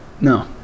No